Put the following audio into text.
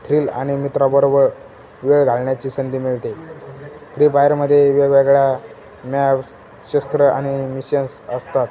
thrill आणि मित्राबरोबर वेळ घालवण्याची संधी मिळते फ्री फायरमध्ये वेगवेगळ्या मॅप शस्त्र आणि मिशन्स असतात